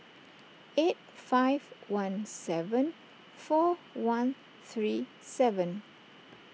eight five one seven four one three seven